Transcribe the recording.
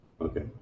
Okay